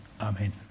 Amen